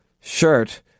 shirt